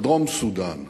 דרום-סודן.